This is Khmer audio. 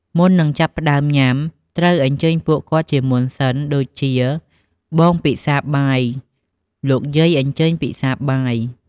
មុននឹងចាប់ផ្តើមញ៉ាំ ត្រូវអញ្ជើញពួកគាត់ជាមុនសិន ដូចជា "បងពិសាបាយ! លោកយាយអញ្ជើញពិសាបាយ!"។